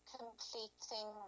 completing